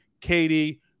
Katie